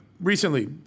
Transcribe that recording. recently